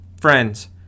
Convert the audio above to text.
Friends